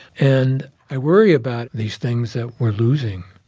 and i worry about these things that we're losing.